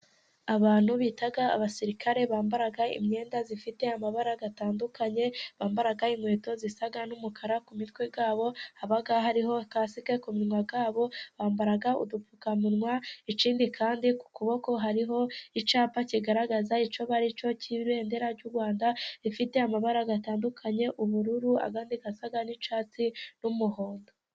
Abantu bita abasirikare ,bambara imyenda ifite amabara atandukanye ,bambara inkweto zisa n'umukara, ku mitwe kandi haba hariho kasike ku munwa wabo bambara udupfukamunwa, ikindi kandi ku kuboko hariho icyapa kigaragaza icyo bari cyo cy'ibendera ry'u Rwanda rifite amabara atandukanye :ubururu, asa n'icyatsi n'umuhondo.